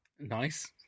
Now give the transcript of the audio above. nice